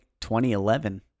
2011